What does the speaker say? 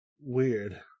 weird